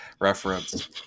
reference